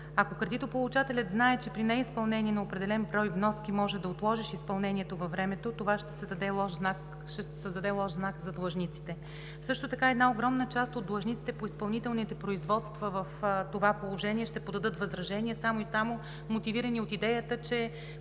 Ако кредитополучателят знае, че при неизпълнение на определен брой вноски може да отложи изпълнението във времето, това ще създаде лош знак за длъжниците. Една огромна част от длъжниците по изпълнителните производства в това положение ще подадат възражения само и само, мотивирани от идеята, че